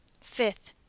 Fifth